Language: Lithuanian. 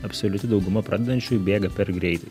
absoliuti dauguma pradedančiųjų bėga per greitai